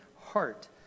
heart